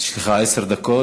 יש לך עשר דקות.